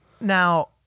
Now